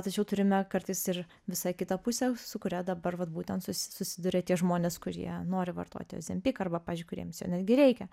tačiau turime kartais ir visai kitą pusę su kuria dabar vat būtent susi susiduria tie žmonės kurie nori vartoti ozempiką arba pavyzdžiui kuriems jo netgi reikia